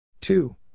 Two